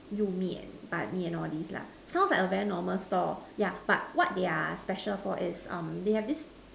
you main ban main all these lah sounds like a very normal store but what they are special of is